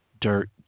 dirt